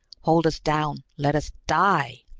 hold us down, let us die!